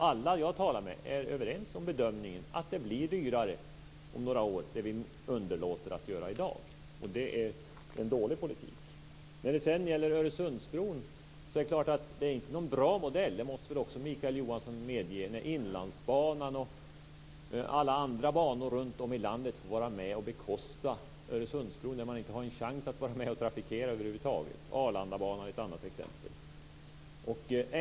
Alla jag har talat med är överens om bedömningen att det vi underlåter att göra i dag blir dyrare om några år. Det är en dålig politik. Det är inte någon bra modell - det måste väl också Mikael Johansson medge - när Inlandsbanan och alla andra banor runtom i landet får vara med och bekosta Öresundsbron som man över huvud taget inte har en chans att trafikera. Arlandabanan är ett annat exempel.